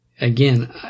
again